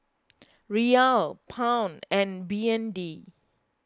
Riyal Pound and B N D